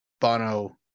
Bono